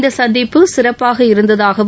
இந்த சந்திப்பு சிறப்பாக இருந்ததாகவும்